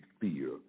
fear